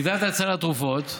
הגדלת את סל התרופות,